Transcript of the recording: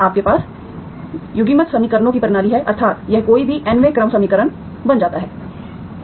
आपके पास युग्मित समीकरणों की प्रणाली है अर्थात यह कोई भी nवें क्रम समीकरण बन जाता है